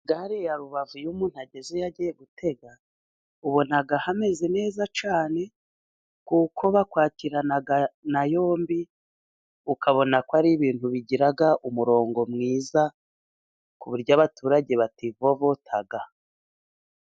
Gare ya Rubavu iyo umuntu agezeyo agiye gutega ubona hameze neza cyane, kuko bakwakirana na yombi ukabona ko ari ibintu bigira umurongo mwiza ku buryo abaturage bativovota.